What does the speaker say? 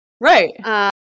Right